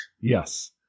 Yes